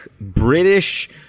british